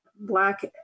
black